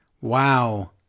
Wow